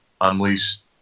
unleashed